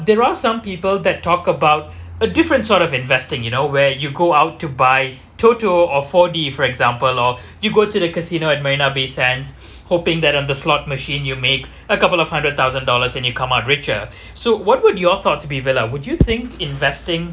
there are some people that talk about a different sort of investing you know where you go out to buy TOTO or four D for example or you go to the casino at marina bay sands hoping that on the slot machine you make a couple of hundred thousand dollars and you come out richer so what would your thought to be vella would you think investing